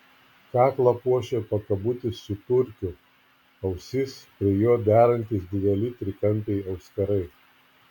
kaklą puošė pakabutis su turkiu ausis prie jo derantys dideli trikampiai auskarai